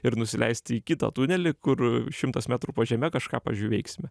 ir nusileisti į kitą tunelį kur šimtas metrų po žeme kažką pavyzdžiui veiksime